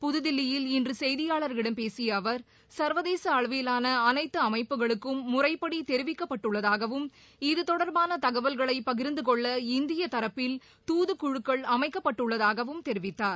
புதுதில்லியில் இன்று செய்தியாளர்களிடம் பேசிய அவர் சர்வதேச அளவிலான அளைத்து அமைப்புகளுக்கும் முறைப்படி தெரிவிக்கப்பட்டுள்ளதாகவும் இது தொடர்பாள தகவல்களை பகிர்ந்து கொள்ள இந்திய தரப்பில் தூதுக்குழுக்கள் அமைக்கப்பட்டுள்ளதாகவும் தெரிவித்தார்